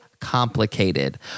complicated